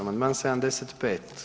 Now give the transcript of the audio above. Amandman 75.